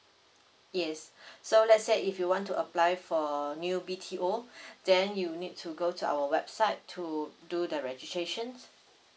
yes so let's say if you want to apply for new B_T_O then you need to go to our website to do the registration